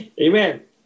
Amen